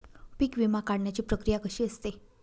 पीक विमा काढण्याची प्रक्रिया कशी असते?